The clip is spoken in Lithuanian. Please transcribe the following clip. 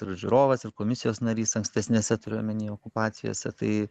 ir žiūrovas ir komisijos narys ankstesnėse turiu omeny okupacijose tai